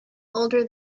older